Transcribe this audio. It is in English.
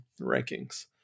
rankings